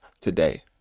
today